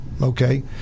Okay